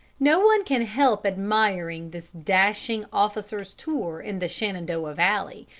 no one can help admiring this dashing officer's tour in the shenandoah valley,